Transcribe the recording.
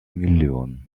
миллион